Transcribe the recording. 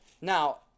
Now